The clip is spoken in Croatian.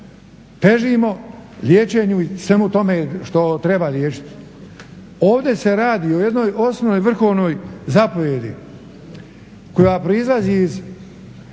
težimo liječenju i svemu tome što treba liječiti. Ovdje se radi o jednoj osnovnoj vrhovnoj zapovijedi koja proizlazi iz